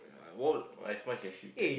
I will as much as you can